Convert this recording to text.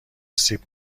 سیب